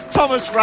Thomas